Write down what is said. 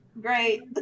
Great